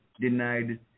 denied